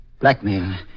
Blackmail